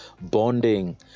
bonding